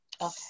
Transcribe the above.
Okay